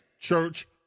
Church